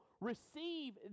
receive